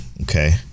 Okay